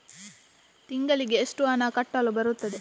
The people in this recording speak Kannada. ತಿಂಗಳಿಗೆ ಎಷ್ಟು ಹಣ ಕಟ್ಟಲು ಬರುತ್ತದೆ?